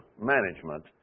management